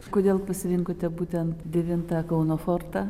kodėl pasirinkote būtent devintą kauno fortą